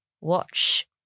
watch